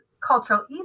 cultural